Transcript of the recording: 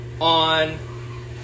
on